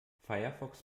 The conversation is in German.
firefox